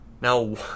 Now